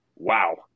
Wow